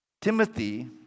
Timothy